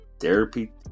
therapy